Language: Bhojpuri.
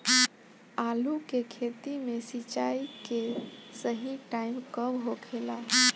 आलू के खेती मे सिंचाई के सही टाइम कब होखे ला?